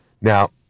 Now